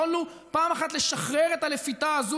יכולנו פעם אחת לשחרר את הלפיתה הזאת